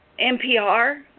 NPR